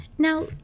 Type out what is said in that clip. Now